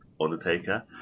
Undertaker